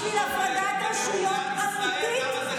בשביל הפרדת רשויות אמיתית?